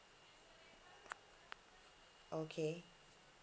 okay